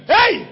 Hey